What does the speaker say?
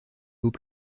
hauts